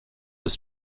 was